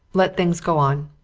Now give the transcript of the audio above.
let things go on.